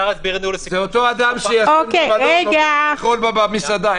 זה אותו אדם שיבוא לאכול במסעדה.